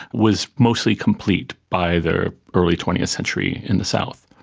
was mostly complete by the early twentieth century in the south.